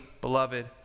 beloved